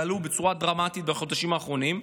ועלו בצורה דרמטית בחודשים האחרונים.